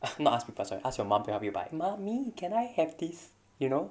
uh not ask people sorry ask your mum to help you buy mommy can I have this you know